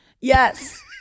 Yes